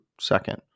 second